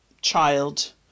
child